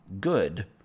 good